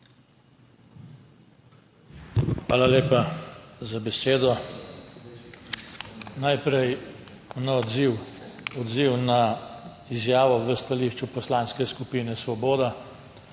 Hvala lepa za besedo. Najprej odziv na izjavo v stališču Poslanske skupine Svoboda,